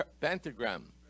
pentagram